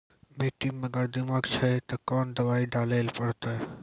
मिट्टी मे अगर दीमक छै ते कोंन दवाई डाले ले परतय?